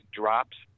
drops